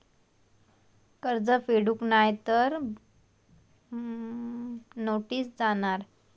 कर्ज फेडूक नाय तर काय जाताला?